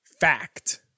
Fact